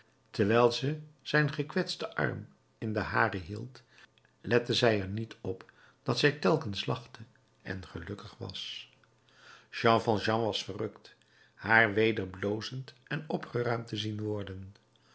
terwijl ze zijn gekwetsten arm in den haren hield lette zij er niet op dat zij telkens lachte en gelukkig was jean valjean was verrukt haar weder blozend en opgeruimd te zien worden